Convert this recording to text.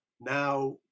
Now